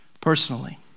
Personally